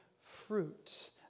fruit